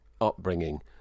upbringing